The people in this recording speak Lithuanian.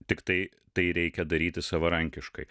tiktai tai reikia daryti savarankiškai